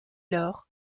lors